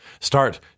Start